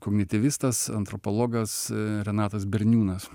komityvistas antropologas renatas berniūnas